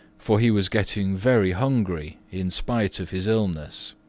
for he was getting very hungry in spite of his illness.